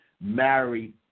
married